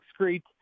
excrete